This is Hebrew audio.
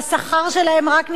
והשכר שלהם רק נשחק,